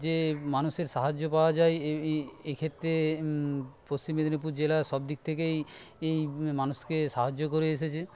যে মানুষের সাহায্য পাওয়া যায় এই ক্ষেত্রে পশ্চিম মেদিনীপুর জেলা সবদিক থেকেই এই মানুষকে সাহায্য করে এসেছে